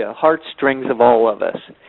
ah heartstrings of all of us.